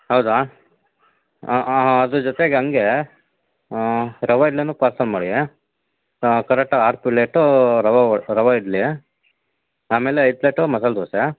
ಹೌದಾ ಅದ್ರ ಜೊತೆಗೆ ಹಂಗೇ ರವೆ ಇಡ್ಲಿನೂ ಪಾರ್ಸಲ್ ಮಾಡಿ ಕರೆಕ್ಟಾಗಿ ಆರು ಪೆಲೇಟೂ ರವೆ ರವೆ ಇಡ್ಲಿ ಆಮೇಲೆ ಐದು ಪ್ಲೇಟು ಮಸಾಲೆ ದೋಸೆ